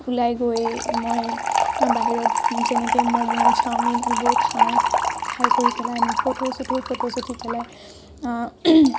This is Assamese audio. ওলাই গৈ মই বাহিৰত যেনেকৈ ম'ম' চাওমিন এইবোৰ খাওঁ খাই কৰি পেলাই আমি ফটো চটো ফটোজ উঠি পেলাই